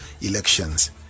elections